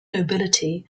nobility